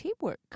teamwork